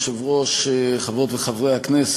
אדוני היושב-ראש, תודה רבה, חברות וחברי הכנסת,